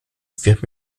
wird